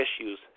issues